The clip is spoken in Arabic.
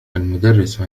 المدرس